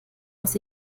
aus